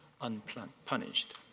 unpunished